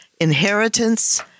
inheritance